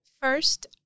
First